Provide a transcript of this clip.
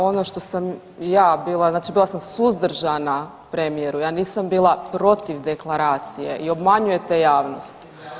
Ono što sam ja bila, znači bila sam suzdržana premijeru, ja nisam bila protiv deklaracije i obmanjujete javnost.